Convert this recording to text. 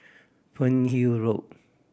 Fernhill Road